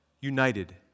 United